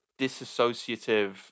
disassociative